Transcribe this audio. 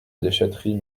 déchèterie